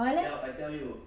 why leh